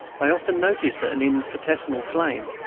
i often notice that an infinitesimal flame,